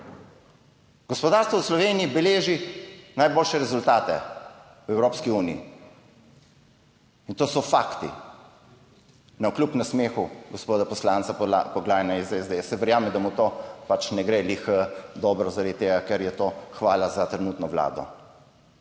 Gospodarstvo v Sloveniji beleži najboljše rezultate v Evropski uniji. In to so fakti, navkljub nasmehu gospoda poslanca Poglajna iz SDS; verjamem, da mu to pač ne gre ravno dobro, zaradi tega, ker je to hvala za trenutno Vlado.